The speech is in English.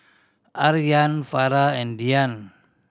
Aryan Farah and Dian